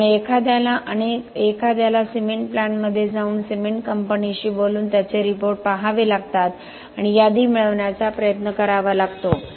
त्यामुळे एखाद्याला सिमेंट प्लांटमध्ये जाऊन सिमेंट कंपनीशी बोलून त्यांचे रिपोर्ट पहावे लागतात आणि यादी मिळवण्याचा प्रयत्न करावा लागतो